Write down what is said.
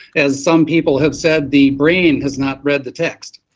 as some people have said, the brain has not read the text.